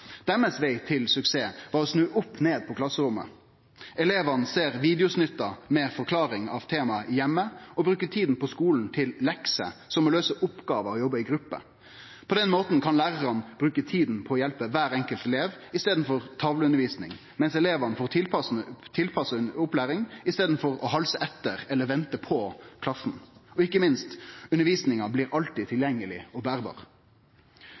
Deira veg til suksess var å snu opp ned på klasseromma. Elevane ser videosnuttar med forklaring av temaet heime og bruker tida på skulen til lekser som å løyse oppgåver og jobbe i grupper. På den måten kan lærarane bruke tida til å hjelpe kvar enkelt elev i staden for å drive tavleundervisning, medan elevane får tilpassa opplæring i staden for å halse etter eller vente på klassen. Og ikkje minst: Undervisninga blir alltid tilgjengeleg og berbar.